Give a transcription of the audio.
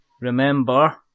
Remember